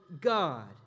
God